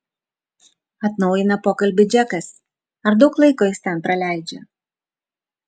atnaujina pokalbį džekas ar daug laiko jis ten praleidžia